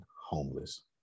homeless